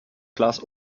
glas